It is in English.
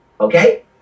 Okay